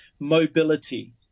mobility